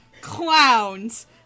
clowns